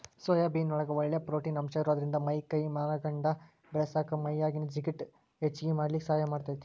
soybean ನೊಳಗ ಒಳ್ಳೆ protein ಅಂಶ ಇರೋದ್ರಿಂದ ಮೈ ಕೈ ಮನಗಂಡ ಬೇಳಸಾಕ ಮೈಯಾಗಿನ ಜಿಗಟ್ ಹೆಚ್ಚಗಿ ಮಾಡ್ಲಿಕ್ಕೆ ಸಹಾಯ ಮಾಡ್ತೆತಿ